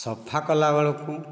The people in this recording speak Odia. ସଫା କଲା ବେଳକୁ